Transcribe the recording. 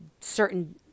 certain